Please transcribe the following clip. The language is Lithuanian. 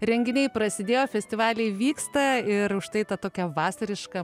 renginiai prasidėjo festivaliai vyksta ir už tai ta tokia vasariška